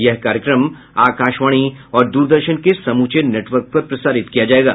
यह कार्यक्रम आकाशवाणी और दूरदर्शन के समूचे नेटवर्क पर प्रसारित किया जाएगा